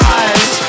eyes